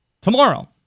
tomorrow